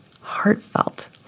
heartfelt